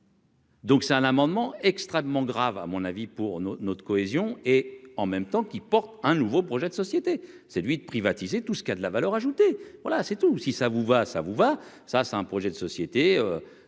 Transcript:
Donc c'est un amendement extrêmement grave à mon avis pour nos notre cohésion et en même temps, qui porte un nouveau projet de société, celui de privatiser tout ce qu'qui a de la valeur ajoutée, voilà c'est tout, si ça vous va ça vous va ça, c'est un projet de société